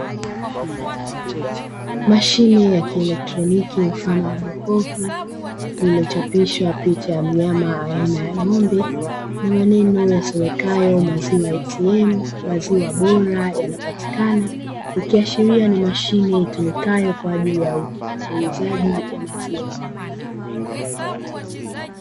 Mashine ya kielektroniki mfano wa jokofu, lililochapishwa picha ya mnyama aina ya ng'ombe na maneno yasomekayo "maziwa ATM maziwa bora yanapatikana", ikiashiria ni mashine itumikayo kwa ajili ya uuzaji wa maziwa.